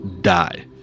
die